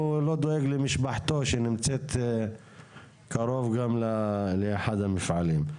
הוא לא דואג למשפחתו שנמצאת קרוב גם לאחד המפעלים.